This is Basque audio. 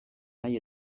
nahi